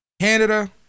Canada